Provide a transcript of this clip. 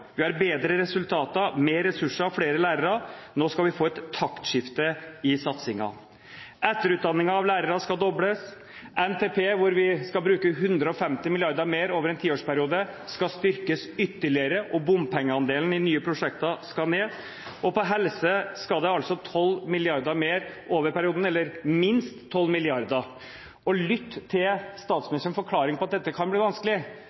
vi har bedre resultater, mer ressurser, flere lærere. Nå skal vi få et taktskifte i satsingen. Etterutdanningen av lærere skal dobles. NTP, hvor vi skulle bruke 150 mrd. kr mer over en tiårsperiode, skal styrkes ytterligere. Bompengeandelen i nye prosjekter skal ned. Helseområdet skal i perioden få minst 12 mrd. kr mer. Etter å ha lyttet til statsministerens forklaring på at dette kan bli vanskelig